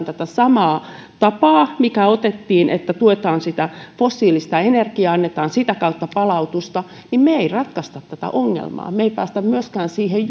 tätä samaa tapaa mikä otettiin että tuetaan fossiilista energiaa annetaan sitä kautta palautusta niin me emme ratkaise tätä ongelmaa me emme pääse myöskään siihen